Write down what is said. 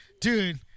dude